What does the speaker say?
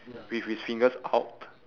with his fingers out